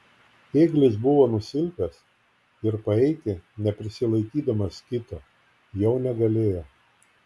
ėglis buvo nusilpęs ir paeiti neprisilaikydamas kito jau negalėjo